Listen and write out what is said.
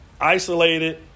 isolated